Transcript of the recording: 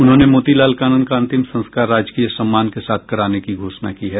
उन्होंने मोती लाल कानन का अंतिम संस्कार राजकीय सम्मान के साथ कराने की घोषणा की है